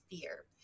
fear